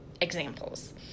examples